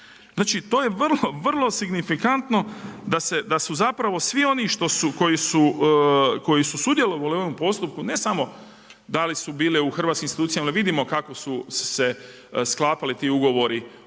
Znači to je vrlo, vrlo signifikantno da su zapravo svi oni koji su sudjelovali u ovom postupku ne samo da li su bile u hrvatskim institucijama …/Govornik se ne razumije./…vidim kako su se sklapali ti ugovori što je